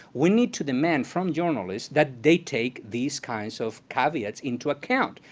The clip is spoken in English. we need to demand from journalists that they take these kinds of caveats into account.